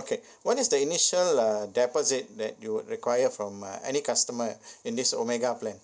okay what is the initial uh deposit that you would require from uh any customer in this omega plan